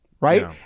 right